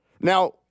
Now